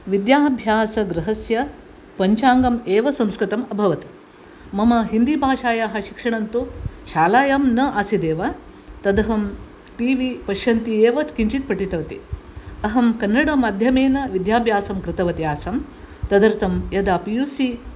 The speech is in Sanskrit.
विद्याभ्यासगृहस्य पञ्चाङ्गम् एव संस्कृतमभवत् मम हिन्दीभाषायाः शिक्षणं तु शालायां न आसीदेव तदहं टि वि पश्यन्ती एव किञ्चित् पठितवती अहं कन्नडमाध्यमेन विद्याभ्यासं कृतवती आसम् तदर्थं यदा पि यु सि